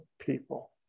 people